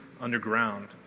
underground